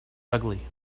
ugly